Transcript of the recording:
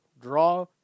draw